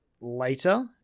later